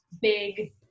big